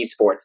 eSports